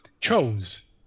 chose